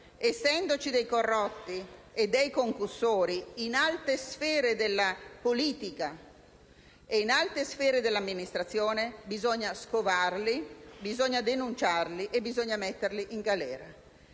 essendoci ladri, corrotti e concussori in alte sfere della politica e dell'amministrazione, bisogna scovarli, denunciarli, metterli in galera».